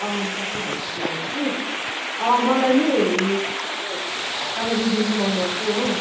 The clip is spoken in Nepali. अँ सबै खालको सिलाउँछु कि अँ मलाई नि के रे हप्तामा दुई दिन चाहिँ बन्द गर्छु हो